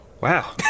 Wow